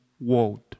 world